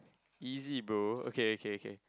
easy bro okay okay okay